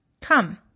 Come